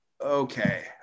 okay